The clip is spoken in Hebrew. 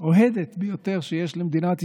האוהדת ביותר שיש למדינת ישראל.